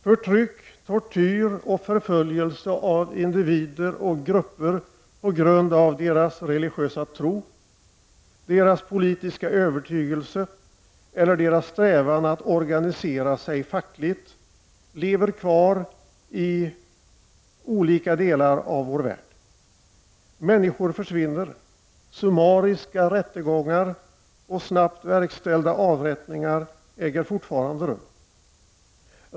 Förtryck, tortyr och förföljelse av individer och grupper på grund av deras religiösa tro, deras politiska övertygelse eller deras strävan att organisera sig fackligt lever kvar i olika delar av vår värld. Människor försvinner. Summariska rättegångar och snabbt verkställda avrättningar äger fortfarande rum.